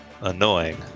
annoying